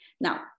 Now